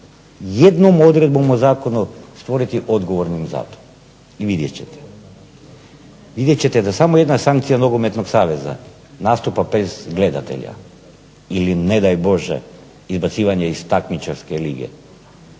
jednom odredbom o zakonu stvoriti odgovornim za to. Vidjet ćete da samo jedna sankcija nogometnog saveza nastupa bez gledatelja ili ne daj Bože izbacivanja iz takmičarske lige.